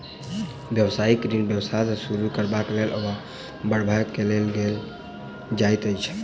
व्यवसायिक ऋण व्यवसाय के शुरू करबाक लेल वा बढ़बय के लेल लेल जाइत अछि